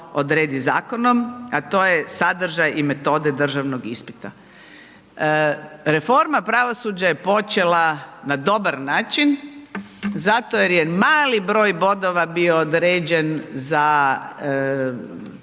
odredi zakonom, a to je sadržaj i metode državnog ispita. Reforma pravosuđa je počela na dobar način zato jer je mali broj bodova bio određen za